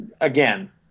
again